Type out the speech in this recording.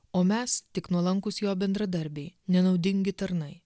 o mes tik nuolankūs jo bendradarbiai nenaudingi tarnai